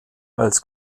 als